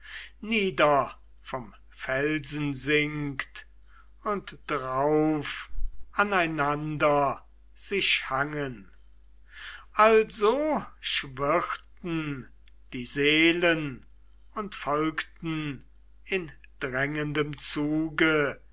nieder vom felsen sinkt und drauf aneinander sich hangen also schwirrten die seelen und folgten in drängendem zuge